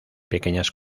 pequeñas